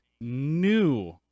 new